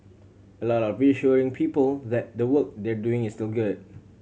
a lot of reassuring people that the work they're doing is still good